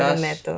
doesn't matter